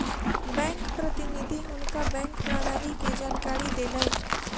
bank प्रतिनिधि हुनका bank प्रणाली के जानकारी देलैन